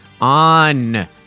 on